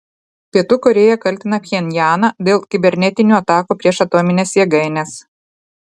pietų korėja kaltina pchenjaną dėl kibernetinių atakų prieš atomines jėgaines